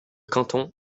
canton